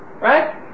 right